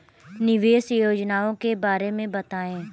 निवेश योजनाओं के बारे में बताएँ?